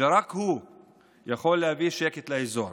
שרק הוא יכול להביא שקט לאזור,